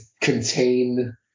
contain